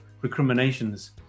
recriminations